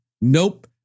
Nope